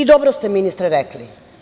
Dobro ste, ministre, rekli.